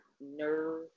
nerve